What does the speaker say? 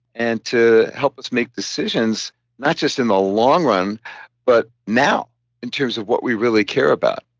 and to help us make decisions not just in the long run but now in terms of what we really care about.